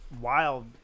wild